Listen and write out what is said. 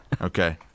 Okay